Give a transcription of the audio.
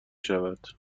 شود